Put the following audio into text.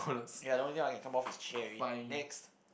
ya the only thing I can come off is Cherry next